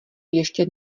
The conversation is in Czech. ještě